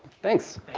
thanks.